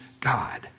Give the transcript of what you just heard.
God